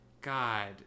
God